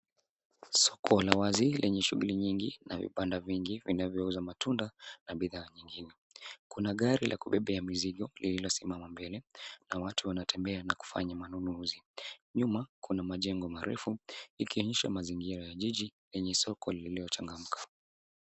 Soko la wazi lenye shughuli nyingi na vibanda vingi vinavyouza matunda na bidhaa nyengine kuna gari la kubebea mizigo lililosimama mbele na watu wanatembea na kufanya manunuzi, nyuma kuna majego marefu ikionyesha mazigira ya jiji yuenye soko iliyochagamka.